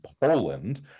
Poland